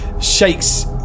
shakes